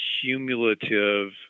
cumulative